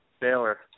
Baylor